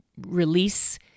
release